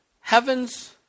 Heaven's